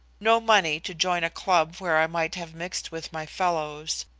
no money to join a club where i might have mixed with my fellows,